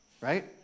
Right